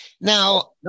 Now